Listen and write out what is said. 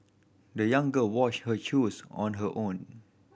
the young girl washed her shoes on her own